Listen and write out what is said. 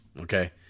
Okay